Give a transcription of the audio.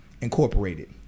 Incorporated